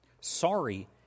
Sorry